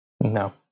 No